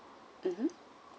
mmhmm